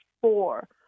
four